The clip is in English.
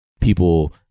people